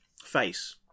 face